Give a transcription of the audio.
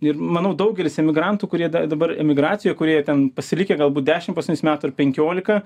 ir manau daugelis emigrantų kurie da dabar emigracijoj kurie jau ten pasilikę galbūt dešimt paskutinius metų ar penkiolika